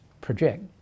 project